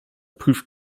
prüft